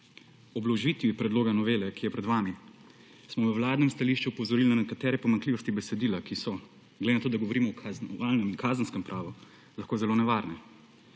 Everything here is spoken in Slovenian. Ob vložitvi predloga novele, ki je pred vami, smo v vladnem stališču opozorili na nekatere pomanjkljivosti besedila, ki so, glede na to, da govorimo o Kazenskem pravu, lahko zelo nevarne.